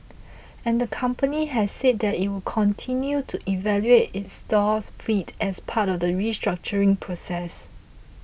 and the company has said that it would continue to evaluate its stores fleet as part of the restructuring process